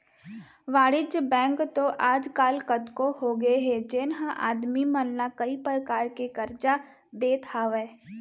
वाणिज्य बेंक तो आज काल कतको होगे हे जेन ह आदमी मन ला कई परकार के करजा देत हावय